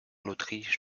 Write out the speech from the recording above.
l’autriche